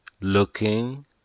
looking